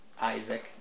isaac